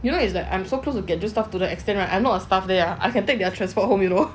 you know it's like I'm so close Get Juiced staff to the extent hor I'm not a staff there I can take their transport home you know